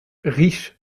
riche